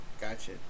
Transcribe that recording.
gotcha